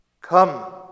come